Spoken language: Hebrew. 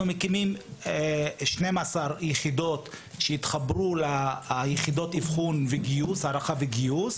אנחנו מקימים 12 יחידות שיתחברו ליחידות הערכה וגיוס